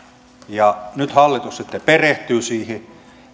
ja nyt hallitus sitten perehtyy siihen